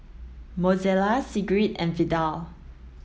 Mozella Sigrid and Vidal